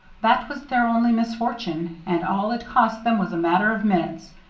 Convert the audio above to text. that was their only misfortune, and all it cost them was a matter of minutes,